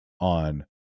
on